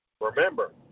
Remember